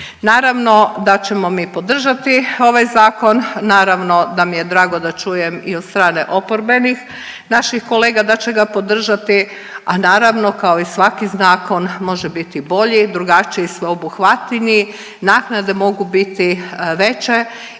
Naravno da ćemo mi podržati ovaj zakon, naravno da mi je drago da čujem i od strane oporbenih naših kolega da će ga podržati, a naravno kao i svaki zakon može biti bolji, drugačiji, sveobuhvatniji. Naknade mogu biti veće